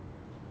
oh